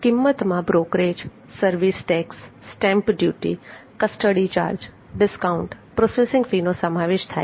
કિંમતમાં brokerage service tax stamp duty custody charge discount processing ફીનો સમાવેશ થાય છે